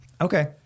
Okay